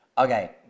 Okay